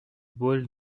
ball